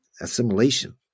assimilation